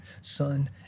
Son